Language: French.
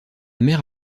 mère